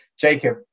Jacob